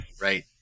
right